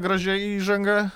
gražia įžanga